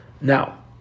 Now